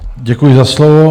Děkuji za slovo.